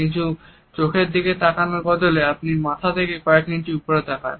কিন্তু চোখের দিকে তাকানোর বদলে আপনি মাথা থেকে কয়েক ইঞ্চি উপরে তাকান